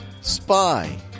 Spy